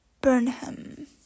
Burnham